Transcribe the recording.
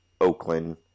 Oakland